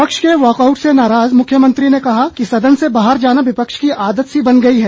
विपक्ष के वाकआउट से नाराज मुख्यमंत्री ने कहा कि सदन से बाहर जाना विपक्ष की आदत सी बन गई है